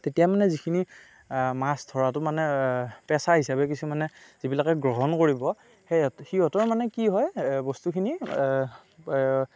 তেতিয়া মানে যিখিনি মাছ ধৰাটো মানে পেছা হিচাপে কিছুমানে যিবিলাকে গ্ৰহণ কৰিব সিহঁতৰ মানে কি হয় বস্তুখিনি